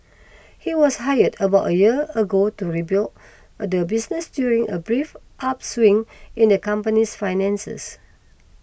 he was hired about a year ago to rebuild the business during a brief upswing in the company's finances